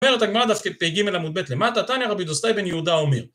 אומרת הגמרא דף פ"ג עמוד ב' למטה, תניא רבי דוסתאי בן יהודה אומר